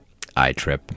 iTrip